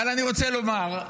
אבל אני רוצה לומר,